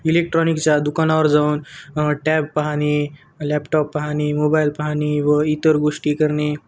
इलेक्ट्रॉनिक्सच्या दुकानावर जाऊन टॅब पाहणे लॅपटॉप पाहणे मोबाईल पाहणे व इतर गोष्टी करणे